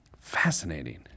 Fascinating